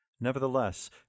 Nevertheless